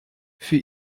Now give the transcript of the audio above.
für